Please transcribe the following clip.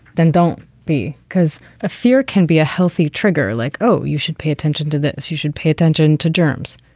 then don't be because a fear can be a healthy trigger. like, oh, you should pay attention to that. you should pay attention to germs.